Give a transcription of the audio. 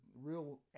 real